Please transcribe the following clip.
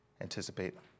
anticipate